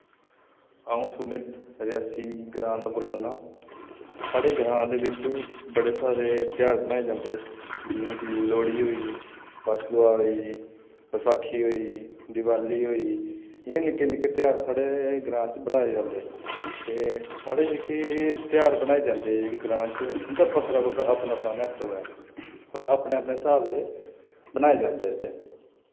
अ'ऊं सुमित रियासी ग्रां दा बोल्ला ना ते साढ़े ग्रां दे बिच्च बड़े सारे ध्यार मनाए जन्दे जि'यां कि लोह्ड़ी होई बच्छ दुआह् होई बसाखी होई दिवाली होई इ'यां निक्के निक्के ध्यार साढ़े ग्रां च मनाए जन्दे ते साढ़े जेह्के ध्यार मनाए जन्दे जेह्के ग्रां च इं'दा बक्खरा बक्खरा अपना अपना म्हत्तव ऐ और अपने अपने स्हाब दे मनए जन्दे इत्थै अ